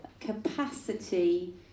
capacity